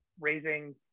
raising